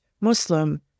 Muslim